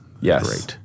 Yes